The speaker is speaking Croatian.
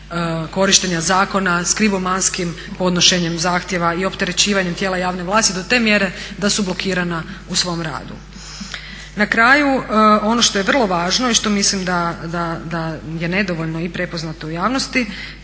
korištenja zakona s … podnošenjem zahtjeva i opterećivanjem tijela javne vlasti do te mjere da su blokirana u svom radu. Na kraju, ono što je vrlo važno i što mislim da je nedovoljno i prepoznato u javnosti,